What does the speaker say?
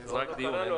זה רק דיון.